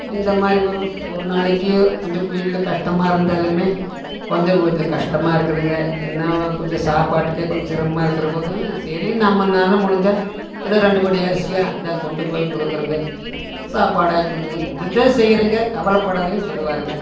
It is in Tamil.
இந்த மாதிரி ஒரு ஒரு நாளைக்கு கொஞ்சம் கூ வீட்டில் கஷ்டமாக இருந்தாலும் கொஞ்சம் வீட்டில் கஷ்டமாக இருக்குதுங்க என்ன கொஞ்சம் சாப்பாட்டுக்கே கொஞ் சிரமா இருக்கிற போதும் சரி நம்மனால் முடிஞ்சால் எதோ ரெண்டு படி அரிசியாக இந்த கொண்டு போய் கொடுக்கறங்க சாப்பாடு ஆயிக்கணுங்க முடிஞ்சால் செய்கிறங்க கவலைப்படாதீங்கன் சொல்லுவாருங்க